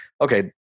okay